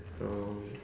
oh